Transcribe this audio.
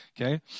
Okay